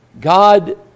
God